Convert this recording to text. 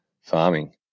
farming